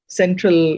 central